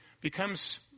becomes